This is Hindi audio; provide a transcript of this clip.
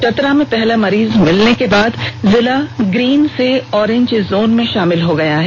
चतरा में पहला मरीज मिलने के बाद जिला ग्रीन से ऑरेंज जोन में शामिल हो गया है